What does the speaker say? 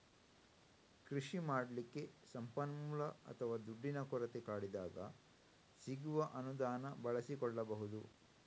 ಕೃಷಿ ಮಾಡ್ಲಿಕ್ಕೆ ಸಂಪನ್ಮೂಲ ಅಥವಾ ದುಡ್ಡಿನ ಕೊರತೆ ಕಾಡಿದಾಗ ಸಿಗುವ ಅನುದಾನ ಬಳಸಿಕೊಳ್ಬಹುದು